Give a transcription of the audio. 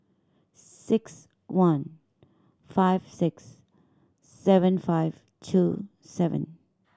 six one five six seven five two seven